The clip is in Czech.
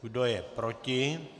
Kdo je proti?